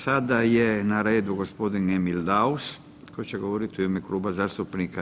Sada je na redu gospodin Emil Daus koji će govoriti u ime Kluba zastupnika